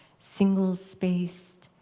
single-spaced,